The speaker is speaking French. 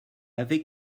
avait